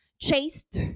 chased